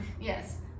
Yes